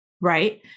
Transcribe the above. Right